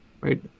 right